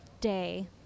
day